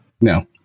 No